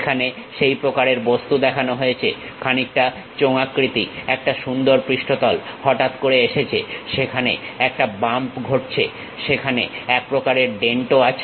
এখানে সেই প্রকারের বস্তু দেখানো হয়েছে খানিকটা চোঙাকৃতি একটা সুন্দর পৃষ্ঠতল হঠাৎ করে এসেছে সেখানে একটা বাম্প ঘটেছে সেখানে এক প্রকারের ডেন্ট ও আছে